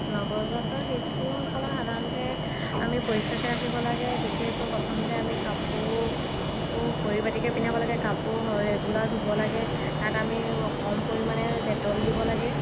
নৱজাতক শিশুসকলৰ সাধাৰণতে আমি পৰিষ্কাৰকৈ ৰাখিব লাগে বিশেষকৈ প্ৰথমতে আমি কাপোৰ পৰিপাটিকৈ পিন্ধাব লাগে কাপোৰ ৰেগুলাৰ ধোব লাগে তাত আমি কম পৰিমাণে ডেটল দিব লাগে